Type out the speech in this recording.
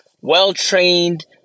well-trained